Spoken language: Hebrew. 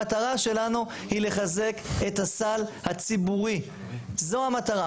המטרה שלנו היא לחזק את הסל הציבורי, זו המטרה.